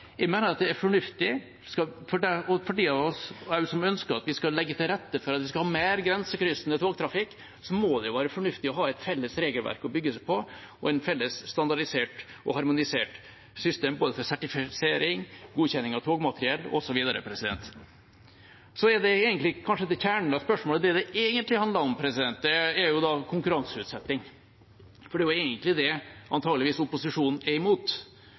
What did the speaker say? Jeg mener at det er fornuftig. For de av oss som også ønsker at vi skal legge til rette for at vi skal ha mer grensekryssende togtrafikk, må det jo være fornuftig å ha et felles regelverk å bygge på, og et felles standardisert og harmonisert system for både sertifisering, godkjenning av togmateriell osv. Så til kanskje kjernen av spørsmålet, det det egentlig handler om, og det er konkurranseutsetting. Det er antageligvis egentlig det opposisjonen er imot.